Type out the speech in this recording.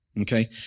okay